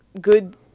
good